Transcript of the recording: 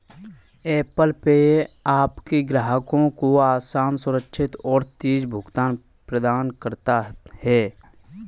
Apple Pay आपके ग्राहकों को आसान, सुरक्षित और तेज़ भुगतान प्रदान करता है